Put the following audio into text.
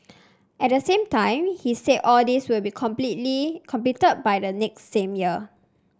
at the same time he said all these would be completely completed by the next same year